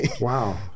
Wow